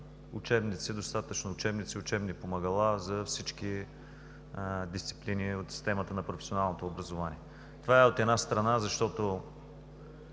осигурим достатъчно учебници и учебни помагала за всички дисциплини от системата на професионалното образование. Това е, от една страна, защото